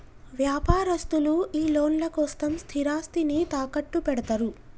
వ్యాపారస్తులు ఈ లోన్ల కోసం స్థిరాస్తిని తాకట్టుపెడ్తరు